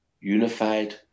unified